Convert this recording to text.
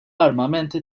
armamenti